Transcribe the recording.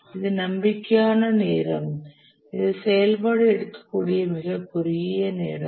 இது நம்பிக்கையான நேரம் இது செயல்பாடு எடுக்கக்கூடிய மிகக் குறுகிய நேரம்